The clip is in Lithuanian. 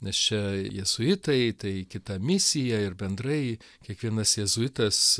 nes čia jėzuitai tai kita misija ir bendrai kiekvienas jėzuitas